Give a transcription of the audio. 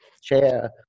Chair